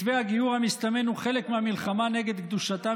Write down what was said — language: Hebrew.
מתווה הגיור המסתמן הוא חלק מהמלחמה נגד קדושתם